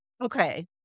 Okay